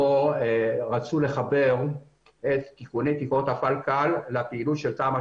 לחבר את תיקוני תקרות הפלקל לפעילות של תמ"א